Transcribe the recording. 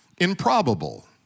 Improbable